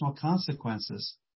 consequences